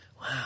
Wow